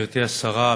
גברתי השרה,